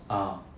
ah